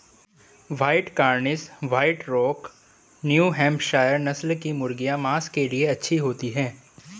white Cornish, white rock, New Hampshire नस्ल की मुर्गियाँ माँस के लिए अच्छी होती हैं